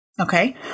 Okay